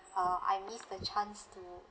uh I miss the chance to